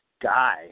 guy